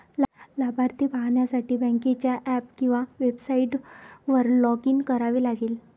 लाभार्थी पाहण्यासाठी बँकेच्या ऍप किंवा वेबसाइटवर लॉग इन करावे लागेल